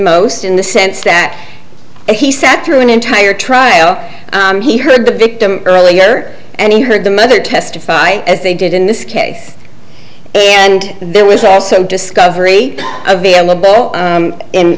most in the sense that he sat through an entire trial he heard the victim earlier and heard the mother testify as they did in this case and there was also discovery available